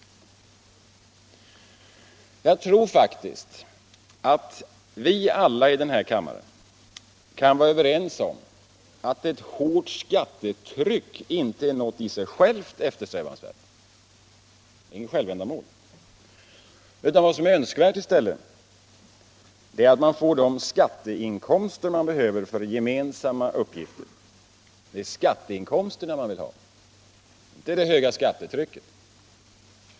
5 Jag tror att vi alla i denna kammare kan vara överens om att ett hårt skattetryck inte är något i sig självt eftersträvansvärt. Vad som är önskvärt är i stället att vi får de skatteinkomster som behövs för gemensamma uppgifter. Det är alltså skatteinkomster som behövs, inte det höga skattetrycket.